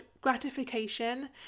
gratification